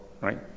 right